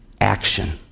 action